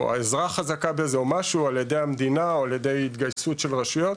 או עזרה חזקה בזה על ידי המדינה ועל ידי התגייסות של רשויות,